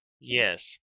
Yes